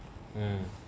mmhmm